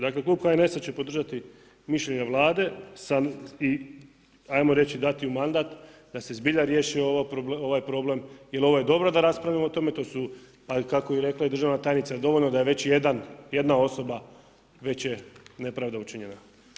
Dakle klub HNS-a će podržati mišljenja Vlade sa i ajmo reći dati u mandat da se zbilja riješi ovaj problem jer ovo je dobro da raspravljamo o tome, to su a kako je rekla i državna tajnica dovoljno da je već jedan, jedna osoba, već je nepravda učinjena.